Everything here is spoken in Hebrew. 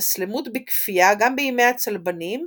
והתאסלמות בכפייה גם בימי הצלבנים,